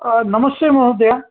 नमस्ते महोदय